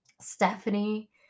Stephanie